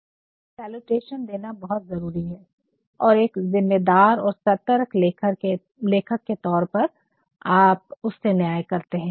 इसलिए सैलूटेशन देना बहुत ज़रूरी है और एक जिम्मेदार और सतर्क लेखक के तौर पर आप उससे न्याय करते है